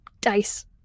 dice